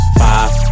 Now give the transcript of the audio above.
five